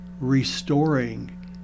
restoring